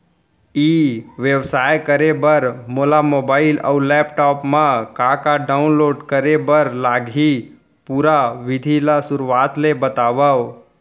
ई व्यवसाय करे बर मोला मोबाइल अऊ लैपटॉप मा का का डाऊनलोड करे बर लागही, पुरा विधि ला शुरुआत ले बतावव?